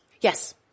yes